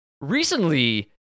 Recently